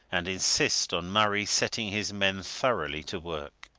and insist on murray setting his men thoroughly to work.